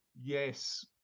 yes